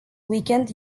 weekend